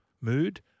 mood